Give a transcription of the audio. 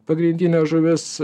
pagrindinė žuvis